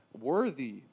worthy